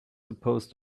supposed